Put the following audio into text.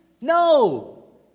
No